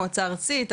המועצה הארצית,